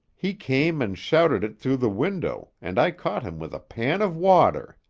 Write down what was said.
he came and shouted it through the window and i caught him with a pan of water.